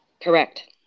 correct